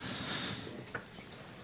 על מטופל שחולה במחלה ממארת או על